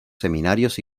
seminarios